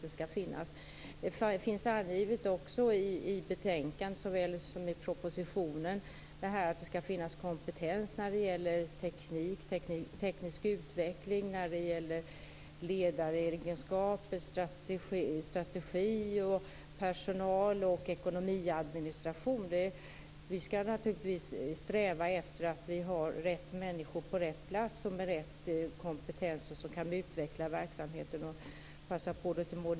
Det finns också angivet i såväl betänkandet som i propositionen att det skall finnas kompetens när det gäller teknik och teknisk utveckling, när det gäller ledaregenskaper, strategi, personal och ekonomiadministration. Vi skall naturligtvis sträva efter att vi har rätt människor på rätt plats och med rätt kompetens som kan utveckla verksamheten.